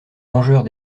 vengeurs